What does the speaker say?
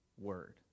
word